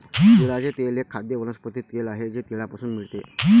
तिळाचे तेल एक खाद्य वनस्पती तेल आहे जे तिळापासून मिळते